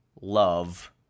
love